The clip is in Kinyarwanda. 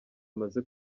amaze